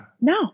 No